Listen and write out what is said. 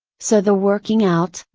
so the working out,